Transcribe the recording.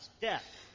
death